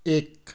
एक